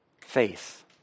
Faith